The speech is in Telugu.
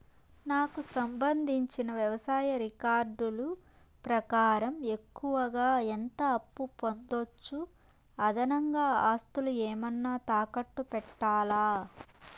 నాకు సంబంధించిన వ్యవసాయ రికార్డులు ప్రకారం ఎక్కువగా ఎంత అప్పు పొందొచ్చు, అదనంగా ఆస్తులు ఏమన్నా తాకట్టు పెట్టాలా?